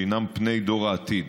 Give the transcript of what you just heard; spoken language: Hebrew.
שהינם פני דור העתיד,